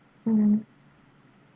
mm